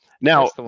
Now